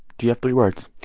do you have three words?